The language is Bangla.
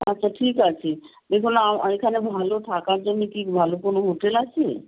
আচ্ছা ঠিক আছে এখানে ভালো থাকার জন্যে কি ভালো কোনো হোটেল আছে